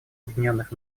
объединенных